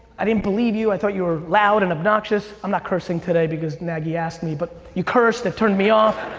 i didn't believe you, i thought you were loud and obnoxious. i'm not cursing today because maggie asked me, but, you cursed, it turned me off.